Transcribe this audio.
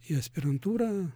į aspirantūrą